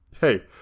hey